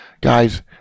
Guys